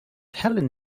helen